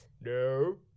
No